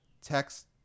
text